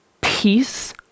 peace